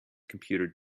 computer